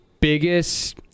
biggest